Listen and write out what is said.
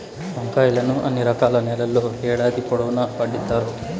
వంకాయలను అన్ని రకాల నేలల్లో ఏడాది పొడవునా పండిత్తారు